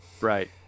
Right